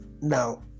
Now